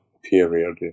Period